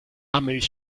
milch